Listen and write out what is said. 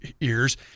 ears